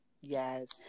Yes